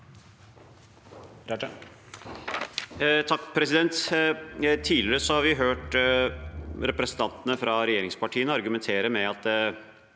(V) Tidligere har vi hørt re- presentantene fra regjeringspartiene argumentere med at